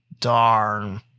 Darn